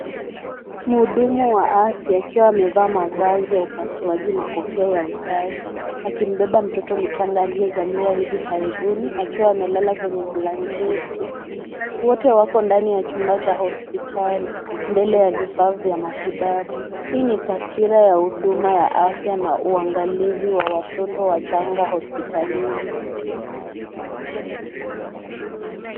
Mhudumu wa afya akiwa amevaa mavazi ya upasuaji na kofia ya usafi akimbeba mtoto mchanga aliyezaliwa hivi karibuni, akiwa amelala kwenye blanketi. Wote wako ndani ya chumba cha hospitali, mbele ya vifaa vya matibabu. Hii ni taswira ya huduma ya afya na uangalizwi wa watoto wachanga hospitalini.